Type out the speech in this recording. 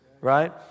right